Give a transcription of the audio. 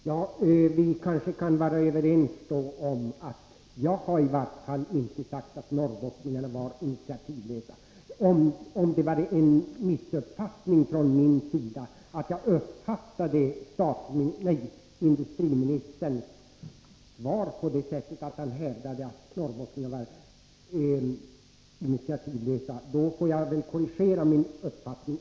Herr talman! I varje fall har inte jag sagt att norrbottningarna är initiativlösa. Om jag tog fel när jag uppfattade industriministerns svar som att han menade att norrbottningarna är initiativlösa, får jag väl korrigera min uppfattning.